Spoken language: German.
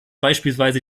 beispielsweise